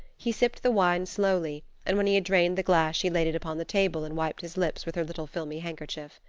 he sipped the wine slowly, and when he had drained the glass she laid it upon the table and wiped his lips with her little filmy handkerchief.